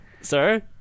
Sir